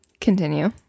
continue